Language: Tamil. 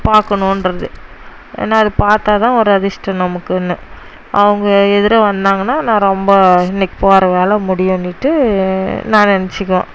பார்க்கணுன்றது ஏன்னால் அதை பார்த்தாதான் ஒரு அதிர்ஷ்டம் நமக்குன்னு அவங்க எதிரே வந்தாங்கன்னால் ரொம்ப இன்றைக்கி போகிற வேலை முடியும்னுட்டு நான் நினைச்சிக்குவேன்